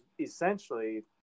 essentially